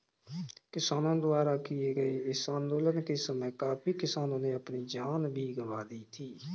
किसानों द्वारा किए गए इस आंदोलन के समय काफी किसानों ने अपनी जान भी गंवा दी थी